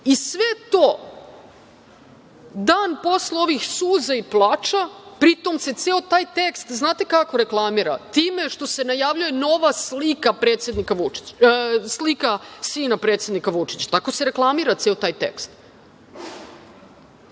i sve to dan posle ovih suza i plača, pritom se ceo taj tekst, znate kako reklamira, time što se najavljuje nova slika sina predsednika Vučića. Tako se reklamira ceo taj